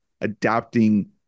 adapting